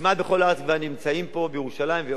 כמעט בכל הארץ כבר נמצאים, פה בירושלים ועוד.